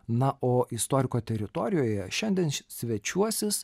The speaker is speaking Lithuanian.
na o istoriko teritorijoje šiandien svečiuosis